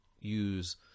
use